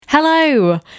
Hello